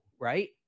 Right